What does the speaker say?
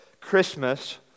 Christmas